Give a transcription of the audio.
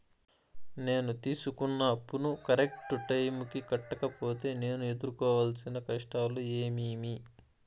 నేను తీసుకున్న అప్పును కరెక్టు టైముకి కట్టకపోతే నేను ఎదురుకోవాల్సిన కష్టాలు ఏమీమి?